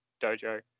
Dojo